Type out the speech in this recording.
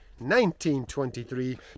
1923